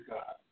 God